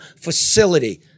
facility